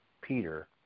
Peter